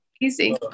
easy